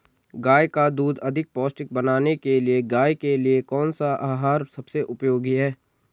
गाय का दूध अधिक पौष्टिक बनाने के लिए गाय के लिए कौन सा आहार सबसे उपयोगी है?